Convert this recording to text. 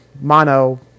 Mono